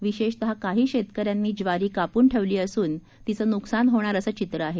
विशेषतः काही शेतकऱ्यांनी ज्वारी कापून ठेवली असून ज्वारीचं नुकसान होणार असे चित्र आहे